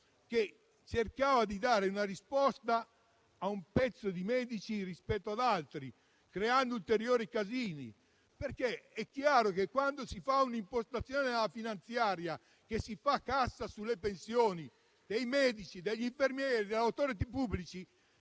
che cercava di dare una risposta a una parte di medici rispetto ad altri, creando ulteriori problemi. È chiaro, infatti, che quando si dà un'impostazione alla finanziaria che fa cassa sulle pensioni dei medici, degli infermieri, delle *Authority* pubbliche,